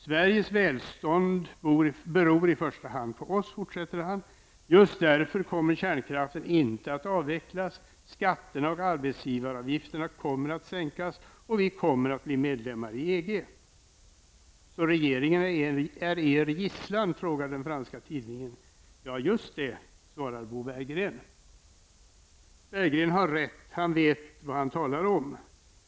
Sveriges välstånd beror i första hand på oss, fortsätter han. Just därför kommer kärnkraften inte att avvecklas. Skatterna och arbetsgivaravgifterna kommer att sänkas, och vi kommer att bli medlemmar i EG. Så regeringen är er gisslan? frågar den franska tidningen. Ja, just det, svarar Bo Berggren. Berggren har rätt, han vet vad han talar om.